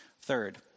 Third